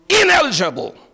Ineligible